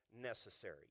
necessary